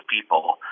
people